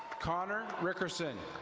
connor wickerson.